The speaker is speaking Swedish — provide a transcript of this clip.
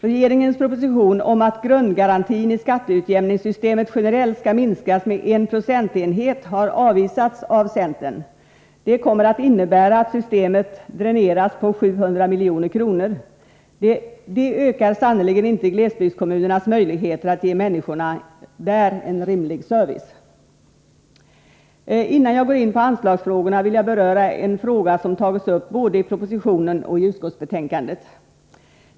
Regeringens proposition om att grundgarantin i skatteutjämningssystemet generellt skall minskas med en procentenhet har avvisats av centern. Propositionens förslag kommer att innebära att systemet dräneras på 700 milj.kr. Det ökar sannerligen inte glesbygdskommunernas möjligheter att ge människorna där en rimlig service. Innan jag går in på anslagsfrågorna vill jag beröra en fråga som tagits upp både i propositionen och i utskottsbetänkandet.